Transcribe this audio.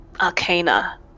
Arcana